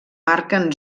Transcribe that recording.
marquen